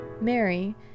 Mary